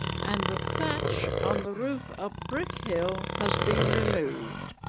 and the thatch on the roof up brick hill has been removed